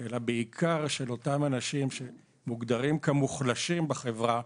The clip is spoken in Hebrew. אלא בעיקר של אותם אנשים שמוגדרים כמוחלשים בחברה,